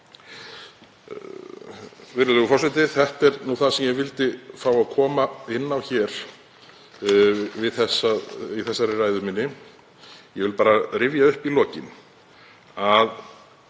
Þetta er nú það sem ég vildi fá að koma inn á í þessari ræðu. Ég vil bara rifja upp í lokin að